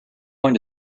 going